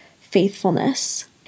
faithfulness